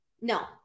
no